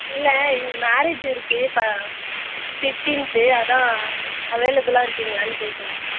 இல்லை எங்கள் மேரேஜி இருக்கு இப்போ ஃபிஃப்டீன்து அதான் அவேலபுலாக இருக்கீங்ளான்னு கேட்குலானு